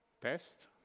Test